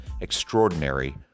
extraordinary